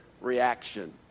reaction